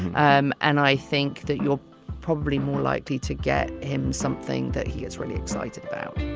um and i think that you're probably more likely to get him something that he is really excited about